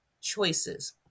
choices